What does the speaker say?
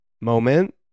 moment